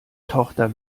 tochter